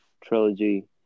trilogy